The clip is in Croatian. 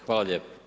Hvala lijepo.